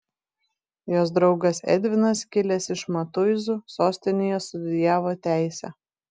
jos draugas edvinas kilęs iš matuizų sostinėje studijavo teisę